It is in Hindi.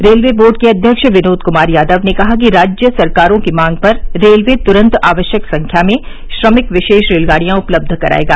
रेलवे बोर्ड के अध्यक्ष विनोद कुमार यादव ने कहा कि राज्य सरकारों की मांग पर रेलवे तुरंत आवश्यक संख्या में श्रमिक विशेष रेलगाड़ियां उपलब्ध कराएगा